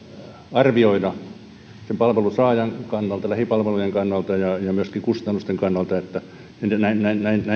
arvioida sen palvelun saajan kannalta lähipalvelujen kannalta ja myöskin kustannusten kannalta ja näin